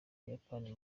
buyapani